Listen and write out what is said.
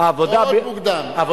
מאוד מוקדם.